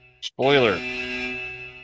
spoiler